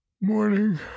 Morning